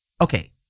okay